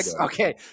Okay